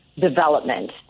development